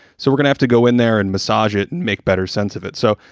so we're gonna have to go in there and massage it and make better sense of it. so,